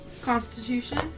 Constitution